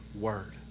word